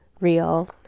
real